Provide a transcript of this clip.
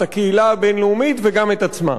את הקהילה הבין-לאומית וגם את עצמה.